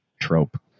trope